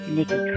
Nikki